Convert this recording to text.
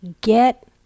get